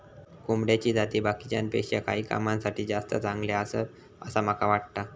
कोंबड्याची जाती बाकीच्यांपेक्षा काही कामांसाठी जास्ती चांगले आसत, असा माका वाटता